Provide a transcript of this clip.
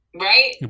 Right